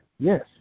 Yes